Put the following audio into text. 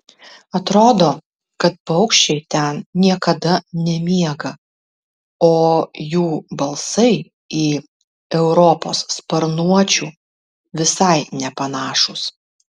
atrodo kad paukščiai ten niekada nemiega o jų balsai į europos sparnuočių visai nepanašūs